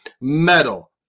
metal